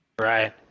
Right